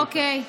אוקיי.